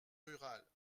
rurales